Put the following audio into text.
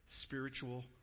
spiritual